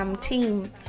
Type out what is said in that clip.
team